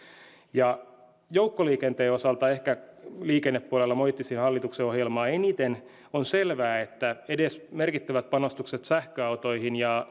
joukkoliikenteen osalta ehkä liikennepuolella moittisin hallituksen ohjelmaa eniten on selvää että edes merkittävät panostukset sähköautoihin ja